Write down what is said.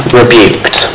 rebuked